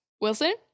Wilson